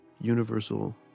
Universal